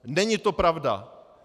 Není to pravda!